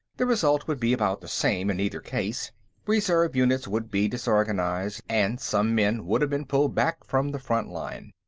the result would be about the same in either case reserve units would be disorganized, and some men would have been pulled back from the front line.